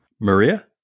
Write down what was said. Maria